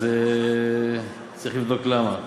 אז צריך לבדוק למה.